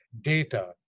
data